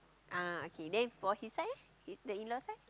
ah okay then for his side eh the in law side